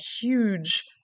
huge